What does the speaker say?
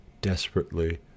desperately